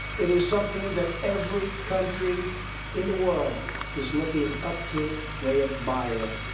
it is something that every country in the world is looking up to, they admire.